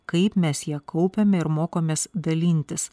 kaip mes ją kaupiame ir mokomės dalintis